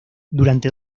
durante